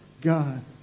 God